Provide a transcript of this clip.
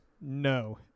no